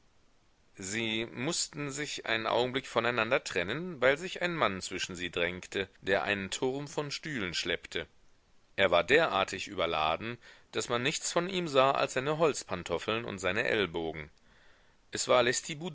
sie mußten sich einen augenblick voneinander trennen weil sich ein mann zwischen sie drängte der einen turm von stühlen schleppte er war derartig überladen daß man nichts von ihm sah als seine holzpantoffeln und seine ellbogen es war